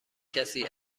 کسی